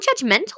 judgmental